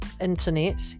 internet